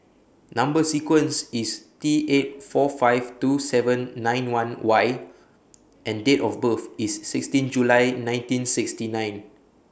Number sequence IS T eight four five two seven nine one Y and Date of birth IS sixteen July nineteen sixty nine